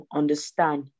understand